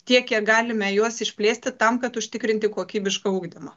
tiek kiek galime juos išplėsti tam kad užtikrinti kokybišką ugdymą